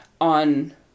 on